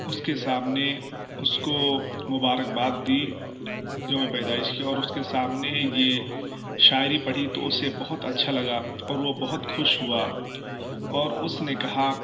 اس کے سامنے اس کو مبارک باد دی یوم پیدائش کی اور اس کے سامنے یہ شاعری پڑھی تو اسے بہت اچھا لگا اور وہ بہت خوش ہوا اور اس نے کہا